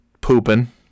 pooping